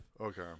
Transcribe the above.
Okay